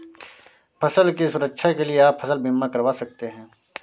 फसल की सुरक्षा के लिए आप फसल बीमा करवा सकते है